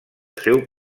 seu